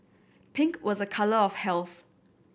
pink was a colour of health